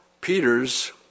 Peter's